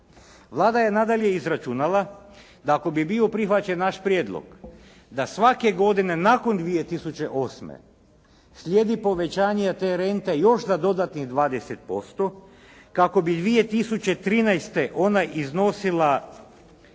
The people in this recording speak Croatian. Vlada je i dalje izračunala da ako bi bio prihvaćen naš prijedlog da svake godine nakon 2008. slijedi povećanje te rente još za dodatnih 20% kako bi 2013. ona iznosila